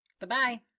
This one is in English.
Bye-bye